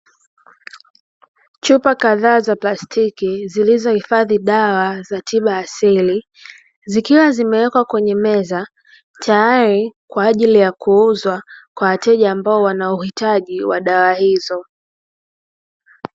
Chupa kadhaa za plastiki zilizohifadhi dawa za asili, zikiwa zimewekwa kwenye meza kwa ajili ya kuuzwa kwa wateja wenye uhitaji wa dawa hizo.